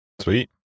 Sweet